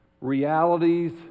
realities